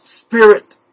Spirit